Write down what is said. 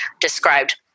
described